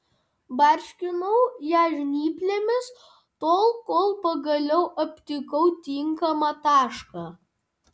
barškinau ją žnyplėmis tol kol pagaliau aptikau tinkamą tašką